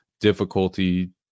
difficulty